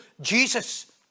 Jesus